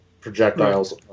projectiles